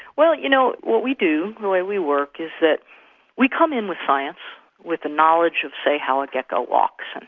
well you know, what we do, the way we work is that we come in with science with the knowledge of say how a gecko walks, and